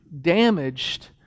damaged